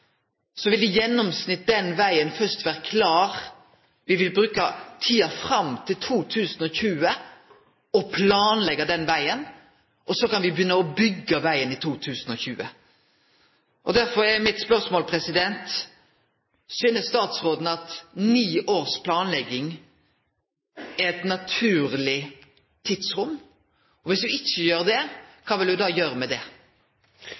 vil vi bruke tida fram til 2020 til å planleggje den vegen, og så kan me begynne å byggje vegen i 2020. Derfor er mitt spørsmål: Synest statsråden at ni års planlegging er eit naturleg tidsrom? Og viss ho ikkje gjer det, kva vil ho gjere med det?